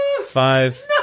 Five